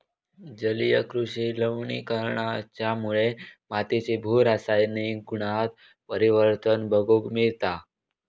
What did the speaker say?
जलीय कृषि लवणीकरणाच्यामुळे मातीच्या भू रासायनिक गुणांत परिवर्तन बघूक मिळता